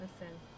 listen